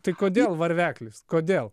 tai kodėl varveklis kodėl